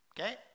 okay